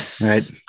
right